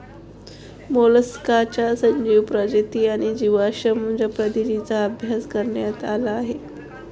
मोलस्काच्या सजीव प्रजाती आणि जीवाश्म प्रजातींचा अभ्यास करण्यात आला आहे